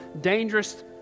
dangerous